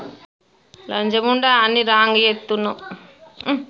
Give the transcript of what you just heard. నేను మీ బ్యాంకులో డబ్బు ను దాచుకోవటం వల్ల నేను తిరిగి ఎంత లాభాలు పొందుతాను?